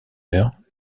heure